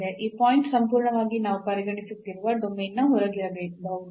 ಈ ಪಾಯಿಂಟ್ ಸಂಪೂರ್ಣವಾಗಿ ನಾವು ಪರಿಗಣಿಸುತ್ತಿರುವ ಡೊಮೇನ್ನ ಹೊರಗಿರಬಹುದು